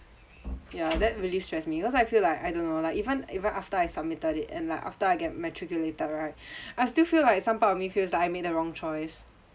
ya that really stress me cause I feel like I don't know lah even even after I submitted it and like after I get matriculated right I still feel like some part of me feels like I made the wrong choice